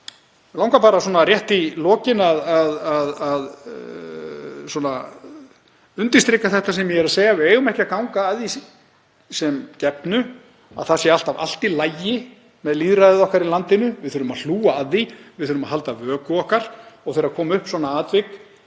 Mig langar bara rétt í lokin að undirstrika þetta sem ég er að segja: Við eigum ekki að ganga að því sem gefnu að það sé alltaf allt í lagi með lýðræðið okkar í landinu. Við þurfum að hlúa að því. Við þurfum að halda vöku okkar og þegar koma upp svona atvik